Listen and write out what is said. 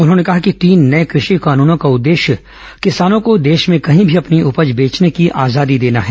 उन्होंने कहा कि तीन नए कृषि कानूनों का उद्देश्य किसानों को देश में कहीं भी अपनी उपज बेचने की आजादी देना है